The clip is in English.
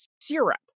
syrup